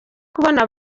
kubona